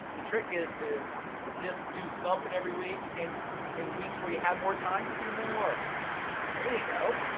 the trick is to just do something every week, and and weeks where you have more time, do more, there you go.